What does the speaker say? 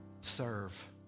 serve